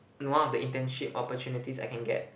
in one of the internship opportunities I can get